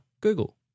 Google